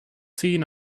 seen